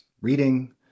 reading